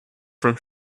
from